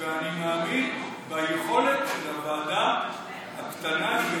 ואני מאמין ביכולת של הוועדה הקטנה שהיא